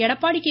Edappadi K